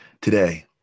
Today